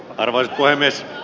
arvoisa puhemies